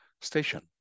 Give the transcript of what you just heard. station